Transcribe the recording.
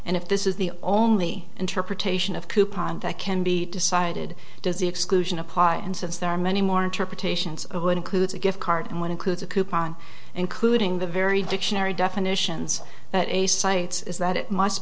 and if this is the only interpretation of coupon that can be decided does the exclusion apply and since there are many more interpretations of includes a gift card and one includes a coupon including the very dictionary definitions that a site is that it must